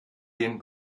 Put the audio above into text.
den